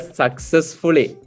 successfully